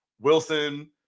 wilson